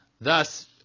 Thus